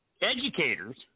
Educators